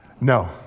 No